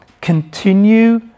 Continue